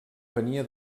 venia